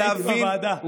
כי הייתי בוועדה.